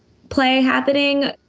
play happening.